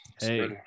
Hey